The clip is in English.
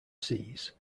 seas